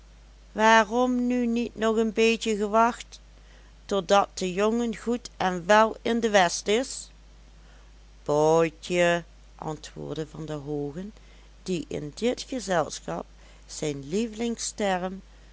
waarom nu niet nog een beetje gewacht totdat de jongen goed en wel in de west is boutje antwoordde van der hoogen die in dit gezelschap zijn